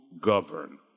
govern